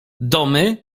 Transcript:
domy